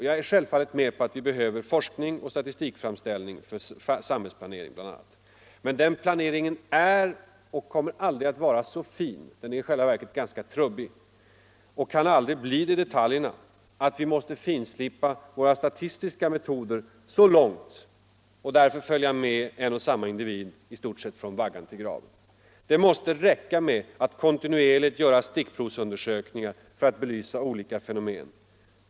Jag kan hålla med om att vi behöver forskning och statistikframställning för samhällsplanering, men den planeringen är inte och kommer aldrig att bli så i detalj ingående — i själva verket är den ganska trubbig — att vi måste finslipa våra statistiska metoder därhän att människorna måste följas från vaggan till graven. Det måste räcka med att kontinuerligt göra stickprovsundersökningar för att belysa olika fenomen.